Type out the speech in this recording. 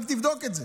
רק תבדוק את זה.